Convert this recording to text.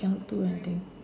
cannot do anything